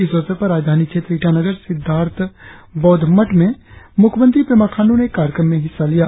इस अवसर पर राजधानी क्षेत्र ईटानगर सिद्धार्थ बौद्ध मथ में मुख्यमंत्री पेमा खांडू ने कार्यक्रम में हिस्सा लिया